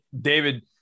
David